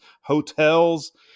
hotels